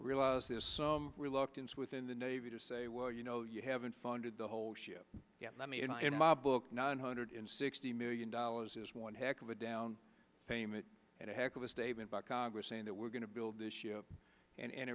realize this reluctance within the navy to say well you know you haven't funded the whole ship yet let me in my book nine hundred sixty million dollars is one heck of a down payment and a heck of a statement by congress saying that we're going to build this year and